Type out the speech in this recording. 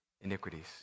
iniquities